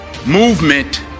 Movement